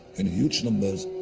in huge numbers.